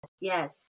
Yes